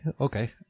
Okay